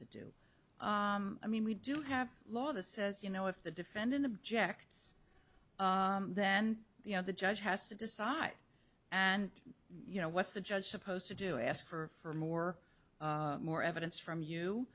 to do i mean we do have law that says you know if the defendant objects then you know the judge has to decide and you know what's the judge supposed to do ask for more more evidence from you